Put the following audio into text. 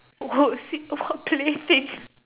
road seek to what place